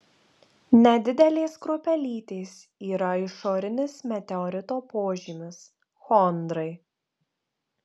nedidelės kruopelytės yra išorinis meteorito požymis chondrai